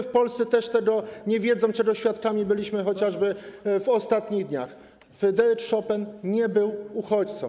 w Polsce też tego nie wiedzą, czego świadkami byliśmy chociażby w ostatnich dniach - Fryderyk Chopin nie był uchodźcą.